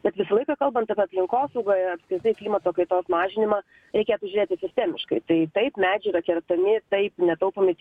bet visą laiką kalbant apie aplinkosaugoje apskritai klimato kaitos mažinimą reikėtų žiūrėti sistemiškai tai taip medžiai yra kertami taip netaupomi